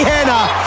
Hannah